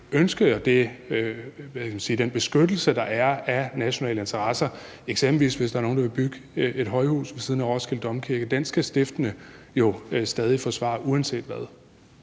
ønske og den beskyttelse, der er af nationale interesser, eksempelvis hvis der er nogen, der vil bygge et højhus ved siden af Roskilde Domkirke, skal stifterne jo stadig væk forsvare uanset hvad.